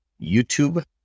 YouTube